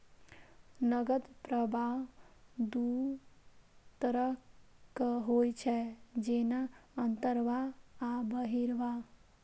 नकद प्रवाह दू तरहक होइ छै, जेना अंतर्वाह आ बहिर्वाह